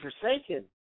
forsaken